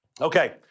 Okay